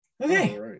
Okay